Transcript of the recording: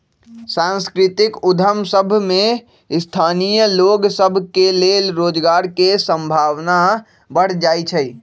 सांस्कृतिक उद्यम सभ में स्थानीय लोग सभ के लेल रोजगार के संभावना बढ़ जाइ छइ